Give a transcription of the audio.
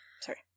Sorry